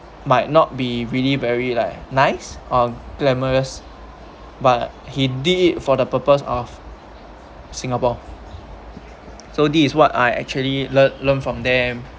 might not be really very like nice or glamorous but he did it for the purpose of singapore so this is what I actually learn learn from them